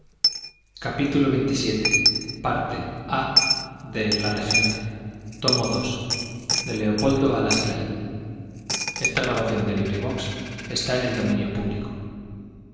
de la regenta da fe la tenacidad con que